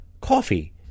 coffee